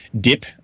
dip